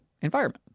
environment